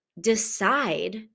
decide